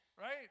Right